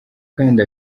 kandi